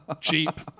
Cheap